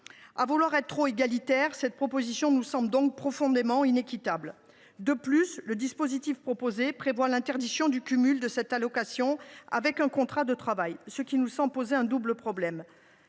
À vouloir être trop égalitaire, cette proposition nous semble donc profondément inéquitable. De plus, le dispositif proposé prévoit l’interdiction du cumul de cette allocation avec un contrat de travail, ce qui nous semble poser un double problème.